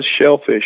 shellfish